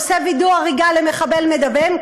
עושה וידוא הריגה למחבל מדמם,